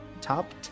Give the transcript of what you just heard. top